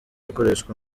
akoreshwa